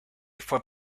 fue